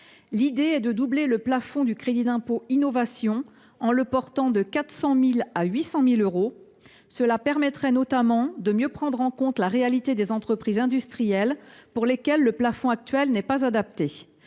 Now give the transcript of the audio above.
mesure vise à doubler le plafond du crédit d’impôt innovation en le rehaussant de 400 000 euros à 800 000 euros. Cela permettrait de mieux prendre en compte la réalité des entreprises industrielles, pour lesquelles le plafond n’est pas adapté.